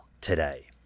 today